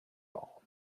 all